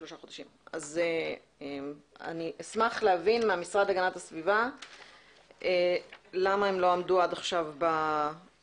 אני אשמח להבין מהמשרד להגנת הסביבה למה הם לא עמדו עד עכשיו בתקנות